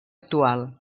actual